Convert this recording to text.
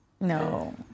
No